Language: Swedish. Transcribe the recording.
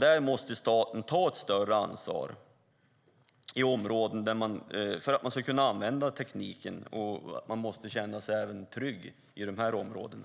Det är viktigt att staten tar ett större ansvar för att man ska kunna använda tekniken och känna sig trygg även i de områdena.